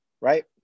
right